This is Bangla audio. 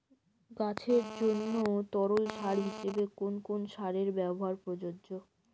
গাছের জন্য তরল সার হিসেবে কোন কোন সারের ব্যাবহার প্রযোজ্য?